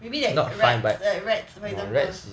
maybe like rats like rats for example